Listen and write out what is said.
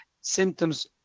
symptoms